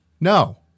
No